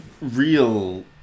real